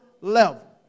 level